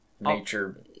nature